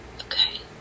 Okay